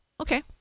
Okay